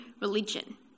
religion